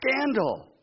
scandal